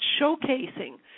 showcasing